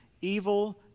evil